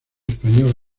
español